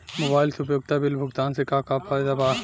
Mobile से उपयोगिता bill भुगतान से का फायदा बा?